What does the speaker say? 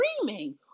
screaming